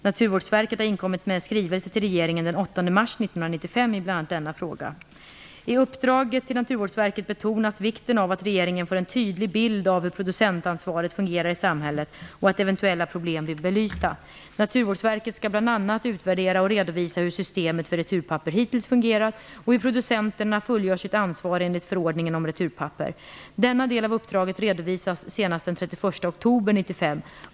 Naturvårdsverket har inkommit med en skrivelse till regeringen den 8 mars 1995 i bl.a. denna fråga. I uppdraget till Naturvårdsverket betonas vikten av att regeringen får en tydlig bild av hur producentansvaret fungerar i samhället och att eventuella problem blir belysta. Naturvårdsverket skall bl.a. utvärdera och redovisa hur systemet för returpapper hittills fungerat och hur producenterna fullgör sitt ansvar enligt förordningen om returpapper. Denna del av uppdraget redovisas senast den 31 oktober 1995.